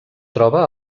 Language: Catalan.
troba